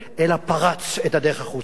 אלא הוא פרץ את הדרך החוצה.